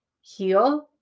heal